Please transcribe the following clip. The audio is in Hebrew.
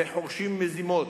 וחורשים מזימות,